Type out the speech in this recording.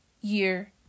year